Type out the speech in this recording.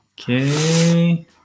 Okay